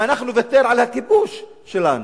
האם נוותר על הכיבוש שלנו?